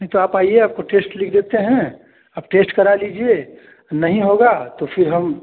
नहीं तो आप आइए आपको टेस्ट लिख देते हैं आप टेस्ट करा लीजिए नहीं होगा तो फिर हम